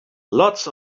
lots